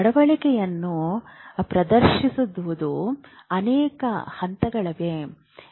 ನಡವಳಿಕೆಯನ್ನು ಪ್ರದರ್ಶಿಸಿದರೂ ಅನೇಕ ಹಂತಗಳಿವೆ